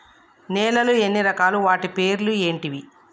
నేలలు ఎన్ని రకాలు? వాటి పేర్లు ఏంటివి?